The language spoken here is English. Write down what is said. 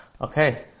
Okay